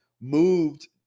moved